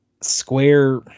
Square